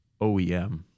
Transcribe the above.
OEM